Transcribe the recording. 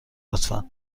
لطفا